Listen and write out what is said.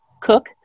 cook